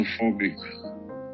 claustrophobic